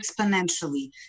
exponentially